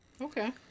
Okay